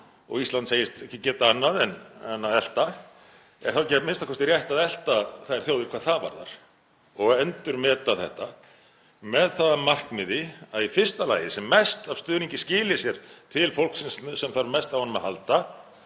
og Ísland segist ekki geta annað en að elta, er þá ekki a.m.k. rétt að elta þær þjóðir hvað það varðar og endurmeta þetta með það að markmiði að í fyrsta lagi sem mest af stuðningi skili sér til fólksins sem þarf mest á honum að halda